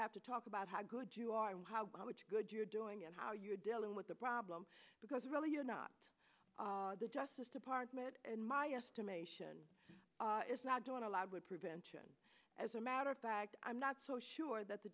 have to talk about how good you are and how much good you're doing and how you're dealing with the problem because really you're not the justice department in my estimation is not doing a lot with prevention as a matter of fact i'm not so sure that the